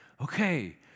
Okay